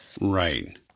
Right